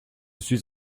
suis